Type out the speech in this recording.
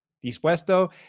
Dispuesto